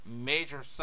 major